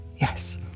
Yes